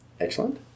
Excellent